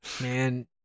Man